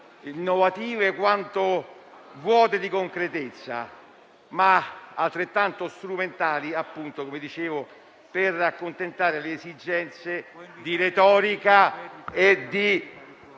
innovative quanto vuote di concretezza, ma altrettanto strumentali - come dicevo - per accontentare le esigenze di retorica e di